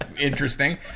interesting